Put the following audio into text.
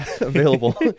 available